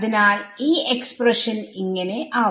അതിനാൽ ഈ എക്സ്പ്രഷൻ ഇങ്ങനെ ആവും